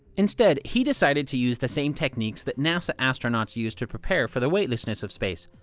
instead, he decided to use the same techniques that nasa astronauts use to prepare for the weightlessness of space.